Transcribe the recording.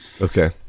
okay